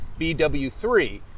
BW3